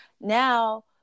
now